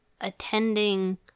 attending